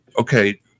okay